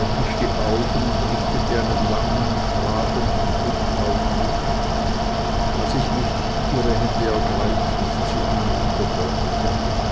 die augen und richtete einen langen fragenden blick auf mich als ich mich ihre hände ergreifend zu ihr